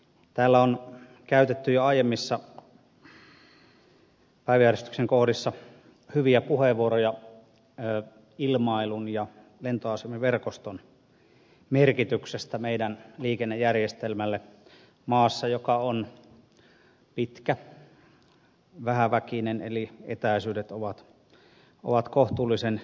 täällä on käytetty jo aiemmissa päiväjärjestyksen kohdissa hyviä puheenvuoroja ilmailun ja lentoasemaverkoston merkityksestä meidän liikennejärjestelmällemme maassa joka on pitkä ja vähäväkinen eli etäisyydet ovat kohtuullisen mittavat